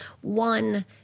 one